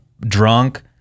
drunk